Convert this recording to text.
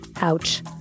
Ouch